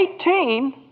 Eighteen